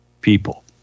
people